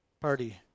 party